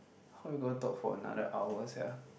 how we gonna talk for another hour sia